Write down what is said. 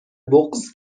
بغض